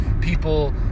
people